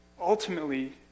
ultimately